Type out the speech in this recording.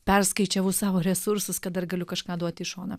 perskaičiavus savo resursus kad dar galiu kažką duoti į šoną